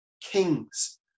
kings